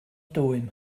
dwym